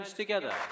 together